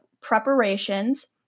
preparations